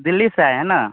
दिल्ली से आए हैं न